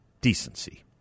decency